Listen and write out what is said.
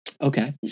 Okay